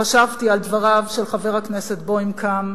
חשבתי על דבריו של חבר הכנסת בוים כאן,